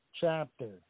chapter